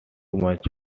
much